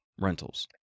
rentals